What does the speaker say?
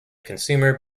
consumer